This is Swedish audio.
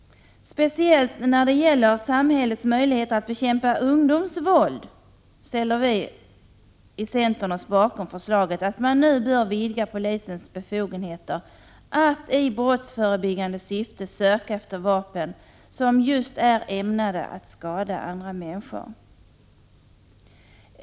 Speciellt när det gäller samhällets möjligheter att bekämpa ungdomsvåld ställer vi i centern oss bakom förslaget att man nu bör vidga polisens befogenheter att i brottsförebyggande syfte söka efter vapen som just är ämnade att skada andra människor.